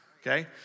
okay